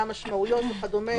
מה המשמעויות וכדומה,